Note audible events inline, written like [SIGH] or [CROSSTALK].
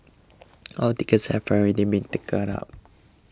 all tickets have already been taken up [NOISE]